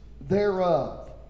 thereof